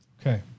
Okay